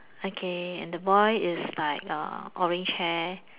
okay and the boy is like uh orange hair